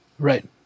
Right